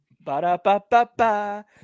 Ba-da-ba-ba-ba